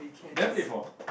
you never play before ah